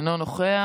אינו נוכח.